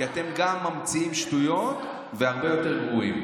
כי גם אתם ממציאים שטויות, והרבה יותר גרועות.